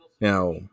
Now